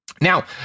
Now